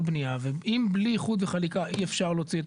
בנייה ואם בלי איחוד וחלוקה אי-אפשר להוציא היתר בנייה?